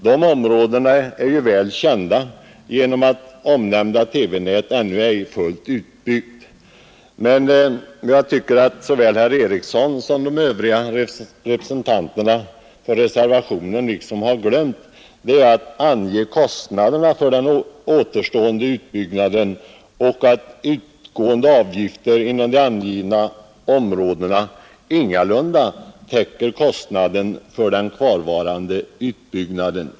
De områdena är ju väl kända genom att omnämnda TV-nät ännu ej är fullt utbyggt. Men jag tycker att såväl herr Eriksson i Ulfsbyn som de övriga företrädarna för reservationen har glömt att ange kostnaderna för den återstående utbyggnaden, liksom de glömt att nämna att utgående avgifter inom de angivna områdena ingalunda täcker kostnaden för den återstående "utbyggnaden.